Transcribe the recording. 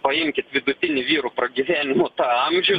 paimkit vidutinį vyrų pragyvenimo tą amžių